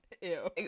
Ew